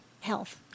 health